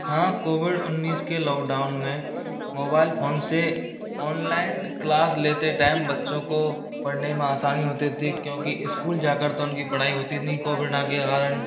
हाँ कोविड उन्नीस के लॉकडाउन में मोबाइल फोन से ऑनलाइन क्लास लेते टाइम बच्चों को पढ़ने में आसानी होती थी क्योंकि स्कूल जा कर तो उनकी पढ़ाई होती नहीं कोविड आने के कारण